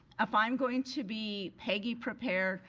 if i'm going to be peggy prepared,